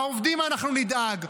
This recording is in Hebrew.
לעובדים אנחנו נדאג.